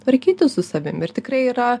tvarkytis su savim ir tikrai yra